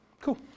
cool